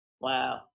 Wow